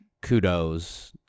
kudos